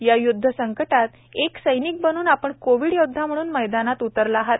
या य्दध संकटात एक सैनिक बनून आपण कोविड योद्धा म्हणून मैदानात उतरला आहात